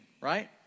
right